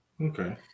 okay